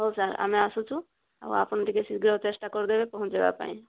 ହଉ ସାର୍ ଆମେ ଆସୁଛୁ ଆଉ ଆପଣ ଟିକେ ଶୀଘ୍ର ଚେଷ୍ଟା କରିଦେବେ ପହଞ୍ଚାଇବା ପାଇଁ